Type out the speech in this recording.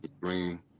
Green